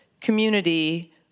community